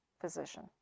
physician